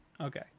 okay